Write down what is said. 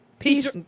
Peace